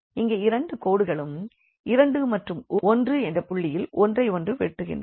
இங்கே இந்த இரண்டு கோடுகளும் 2 மற்றும் 1 என்ற புள்ளியில் ஒன்றையொன்று வெட்டுகின்றன